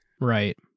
Right